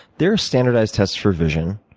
there are standardized tests for vision,